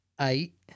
eight